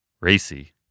Racy